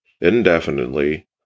indefinitely